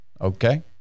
Okay